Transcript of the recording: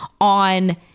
on